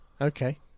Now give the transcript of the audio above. Okay